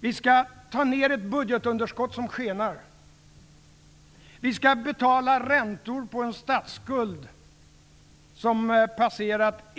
Vi skall ta ned ett budgetunderskott som skenar. Vi skall betala räntor på en statsskuld som passerat